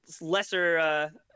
lesser